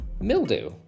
mildew